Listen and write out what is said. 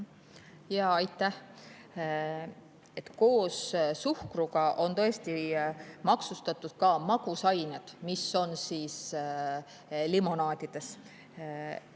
Aitäh! Koos suhkruga on tõesti maksustatud ka magusained, mis on limonaadides.